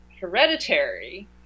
Hereditary